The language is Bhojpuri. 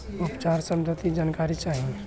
उपचार सबंधी जानकारी चाही?